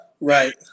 Right